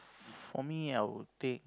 for me I would take